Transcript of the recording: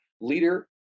leader